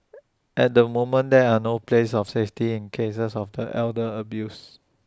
at the moment there are no places of safety in cases of the elder abuse